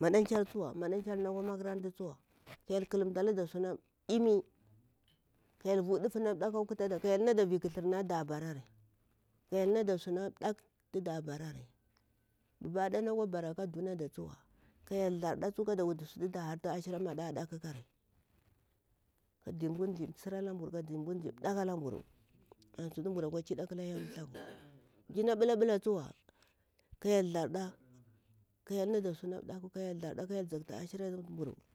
maɗam kyar tsuwa na kwa makarantu tsuwa ka hyel ƙalumtalada suna ɗimi ka hyel vu na ɗaku akwa ɗufada kwa vi ƙathur natu da barari ka hyel nada suma ɗak tuda bara bubuɗe nakwa bara da dunada tsuwa ka hyel ɗa thuwa ka da wutu sutu da hartu ashira maɗaɗa ƙakari ka dimburu zi msira lamburu daklaamburu an sutu mburu akwa ƙida akala hyel thaku mji na mɓula ɓula tsuwa ka hyel tharɗa ka hyel nada suna ɗaku ka hyel tharɗa kahyel zaktu ashira da.